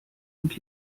und